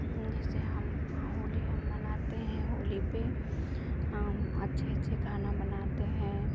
जैसे हम होली हम मनाते हैं होली पे हम अच्छे अच्छे खाना बनाते हैं